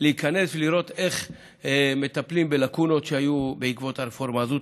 להיכנס ולראות איך מטפלים בלקונות שהיו בעקבות הרפורמה הזו.